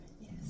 Yes